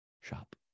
shop